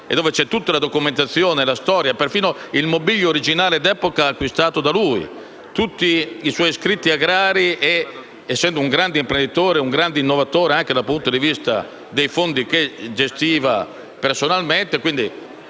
è conservata tutta la documentazione, la storia, perfino il mobilio originale d'epoca acquistato da lui oltre a tutti i suoi scritti agrari, e ricordo che era un grande imprenditore, un grande innovatore anche dal punto di vista dei fondi che gestiva personalmente.